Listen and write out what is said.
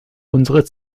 unsere